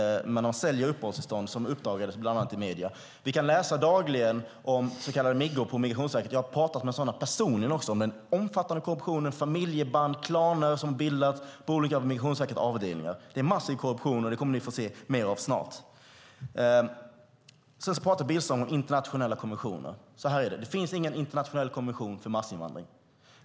Bland annat säljer de uppehållstillstånd, vilket uppdagades av medierna. Vi kan dagligen läsa om så kallade miggor, handläggare, på Migrationsverket - jag har personligen talat med sådana - som ingår i den omfattande korruptionen med familjeband och klaner som bildas på olika avdelningar inom Migrationsverket. Det är en massiv korruption, och den kommer alla snart att få se mer av. Sedan talar Billström om internationella konventioner. Så här är det: Det finns ingen internationell konvention för massinvandring.